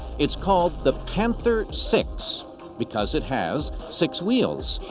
it's called the panther six because it has six wheels.